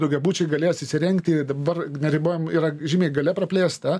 daugiabučiai galės įsirengti dabar neribojam yra žymiai galia praplėsta